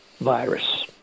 virus